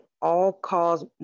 all-cause